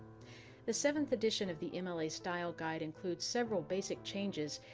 the seventh edition of the mla style guide includes several basic changes.